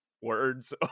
words